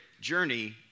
journey